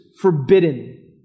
forbidden